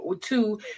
two